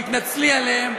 תתנצלי עליהם.